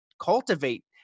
cultivate